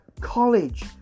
college